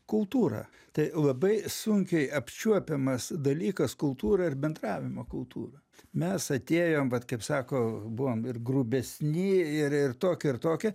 kultūra tai labai sunkiai apčiuopiamas dalykas kultūra ir bendravimo kultūra mes atėjom vat kaip sako buvom ir grubesni ir ir tokie ir tokie